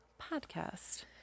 podcast